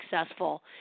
successful